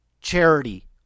charity